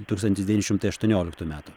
tūkstantis devyni šimtai aštuonioliktų metų